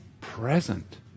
present